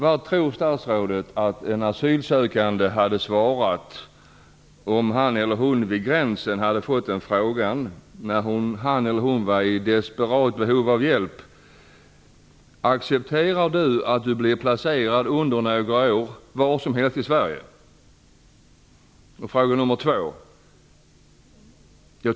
Vad tror statsrådet att en asylsökande hade svarat om han eller hon vid gränsen fått frågan - när han eller hon var i ett desperat behov av hjälp - om han eller hon accepterar att under några år blir placerad var som helst i Sverige?